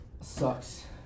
Sucks